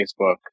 Facebook